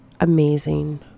amazing